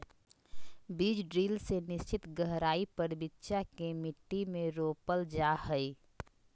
बीज ड्रिल से निश्चित गहराई पर बिच्चा के मट्टी में रोपल जा हई